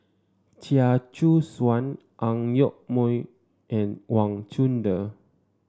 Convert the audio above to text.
Chia Choo Suan Ang Yoke Mooi and Wang Chunde